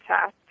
test